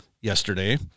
yesterday